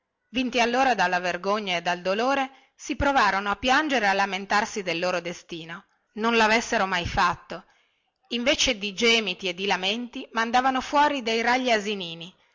vinti allora dalla vergogna e dal dolore si provarono a piangere e a lamentarsi del loro destino non lavessero mai fatto invece di gemiti e di lamenti mandavano fuori dei ragli asinini